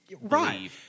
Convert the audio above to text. right